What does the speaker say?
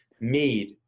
made